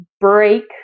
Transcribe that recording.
break